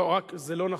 לא, זה לא נכון.